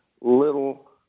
little